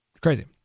Crazy